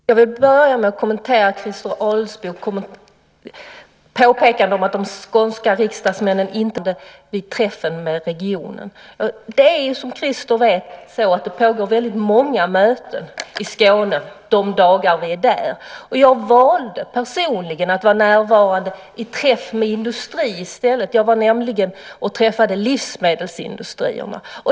Herr talman! Jag vill börja med att kommentera Christer Adelsbos påpekande att de skånska riksdagsmännen inte var närvarande vid träffen med regionen. Som Christer vet pågår många möten i Skåne de dagar vi är där. Jag valde personligen att vara närvarande vid en träff med industrin i stället. Jag träffade nämligen livsmedelsindustrierna.